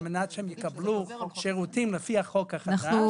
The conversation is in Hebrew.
על מנת שיקבלו שירותים לפי החוק החדש.